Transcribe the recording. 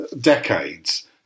decades